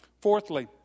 Fourthly